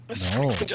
no